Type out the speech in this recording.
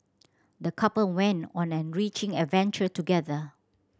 the couple went on an enriching adventure together